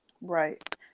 Right